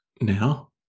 now